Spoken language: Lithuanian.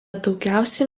daugiausiai